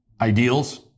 ideals